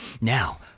Now